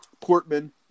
Portman